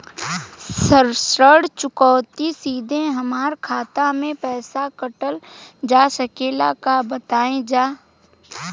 ऋण चुकौती सीधा हमार खाता से पैसा कटल जा सकेला का बताई जा?